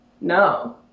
no